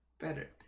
better